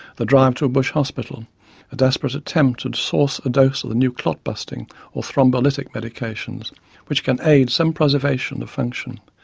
the drive to a bush hospital, the desperate attempt to source a dose of the new clot-busting or thrombolytic medications which can aid some preservation of function,